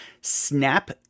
Snap